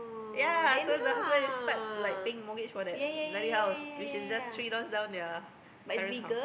ya so the husband is stuck like paying mortgage for that bloody house which is just three doors down their current house